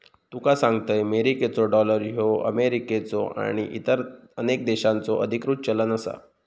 तुका सांगतंय, मेरिकेचो डॉलर ह्यो अमेरिकेचो आणि इतर अनेक देशांचो अधिकृत चलन आसा